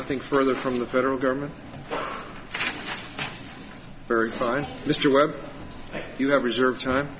i think further from the federal government very fine mr webb you have reserved time